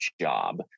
job